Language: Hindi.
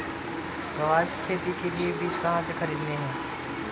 ग्वार की खेती के लिए बीज कहाँ से खरीदने हैं?